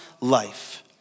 life